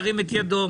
ירים את ידו.